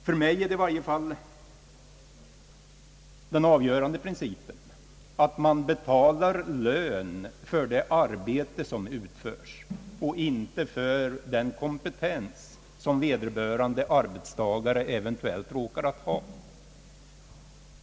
För mig är i varje fall den avgörande principen att man betalar lön för det arbete som utföres och inte för den kompetens som vederbörande arbetstagare eventuellt råkar ha.